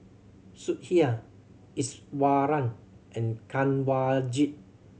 Sudhir Iswaran and Kanwaljit